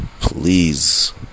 please